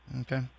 Okay